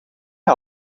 her